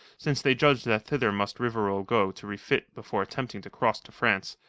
since they judged that thither must rivarol go to refit before attempting to cross to france,